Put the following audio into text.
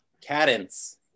cadence